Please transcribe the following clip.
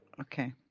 Okay